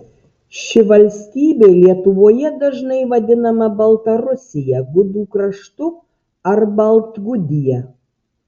ši valstybė lietuvoje dažnai vadinama baltarusija gudų kraštu ar baltgudija